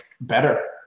better